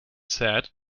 said